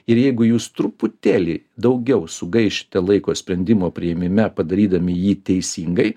ir jeigu jūs truputėlį daugiau sugaišite laiko sprendimo priėmime padarydami jį teisingai